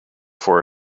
for